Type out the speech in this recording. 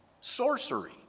Sorcery